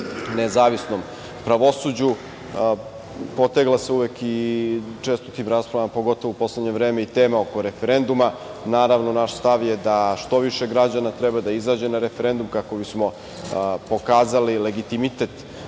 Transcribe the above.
nezavisnom pravosuđu. Potegla se uvek, i često u tim raspravama u poslednje vreme, tema oko referenduma. Naravno, naš stav je da što više građana treba da izađe na referendum kako bismo pokazali legitimitet